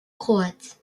croate